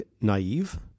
naive